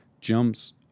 jumps